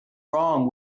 wrong